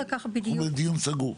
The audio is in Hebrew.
אנחנו בדיון סגור.